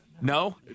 No